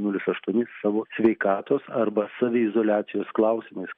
nulis aštuoni savo sveikatos arba saviizoliacijos klausimais